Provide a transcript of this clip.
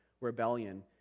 rebellion